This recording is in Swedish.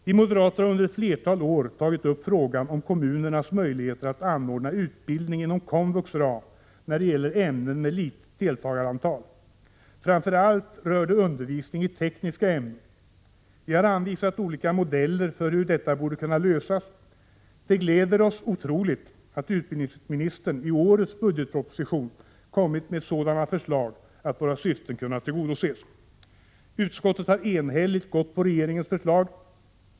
Vi moderater har under ett flertal år tagit upp frågan om kommunernas möjlighet att anordna utbildning inom komvux ram när det gäller ämnen med litet deltagarantal. Det rör framför allt undervisning i tekniska ämnen. Vi har anvisat olika modeller för hur detta borde kunna lösas. Det gläder oss oerhört att utbildningsministern i årets budgetproposition kommit med sådana förslag att våra syften kunnat tillgodoses. Utskottet har enhälligt gått på regeringens förslag.